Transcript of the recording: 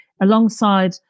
Alongside